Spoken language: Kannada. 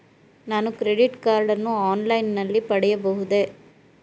ನಾನು ಕ್ರೆಡಿಟ್ ಕಾರ್ಡ್ ಅನ್ನು ಆನ್ಲೈನ್ ನಲ್ಲಿ ಪಡೆಯಬಹುದೇ?